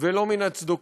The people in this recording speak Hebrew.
ולא מן הצדוקים,